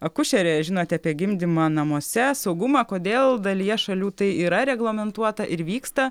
akušerė žinote apie gimdymą namuose saugumą kodėl dalyje šalių tai yra reglamentuota ir vyksta